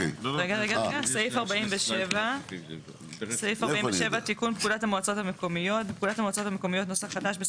תיקון פקודת המועצות המקומיות47.